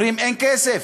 אומרים: אין כסף.